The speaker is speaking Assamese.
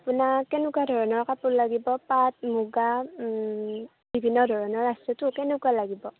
আপোনাক কেনেকুৱা ধৰণৰ কাপোৰ লাগিব পাট মুগা বিভিন্ন ধৰণৰ আছেটো কেনেকুৱা লাগিব